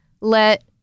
let